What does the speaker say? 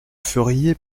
feriez